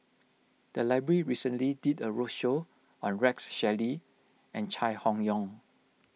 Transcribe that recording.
the library recently did a roadshow on Rex Shelley and Chai Hon Yoong